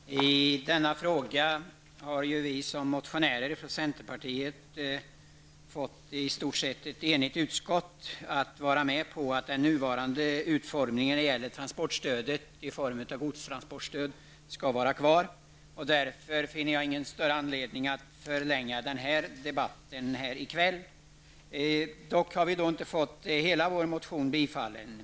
Herr talman! I denna fråga har vi motionärer från centerpartiet fått ett i stort sett enigt utskott att vara med på att den nuvarande utformningen av godstransportstödet skall vara kvar. Därför finner jag ingen större anledning att ta upp någon större debatt här i kväll. Utskottet har emellertid inte tillstyrkt hela vår motion.